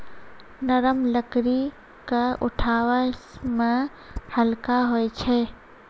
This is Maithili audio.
नरम लकड़ी क उठावै मे हल्का होय छै